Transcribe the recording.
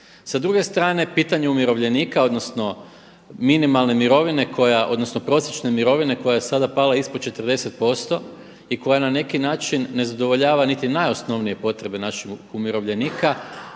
Sa druge strane pitanje umirovljenika odnosno minimalne mirovine odnosno prosječne mirovine koja je sada pala ispod 40% i koja na neki način ne zadovoljava niti najosnovnije potrebe naših umirovljenika